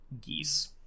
Geese